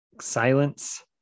silence